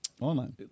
online